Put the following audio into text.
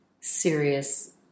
serious